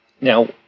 Now